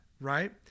right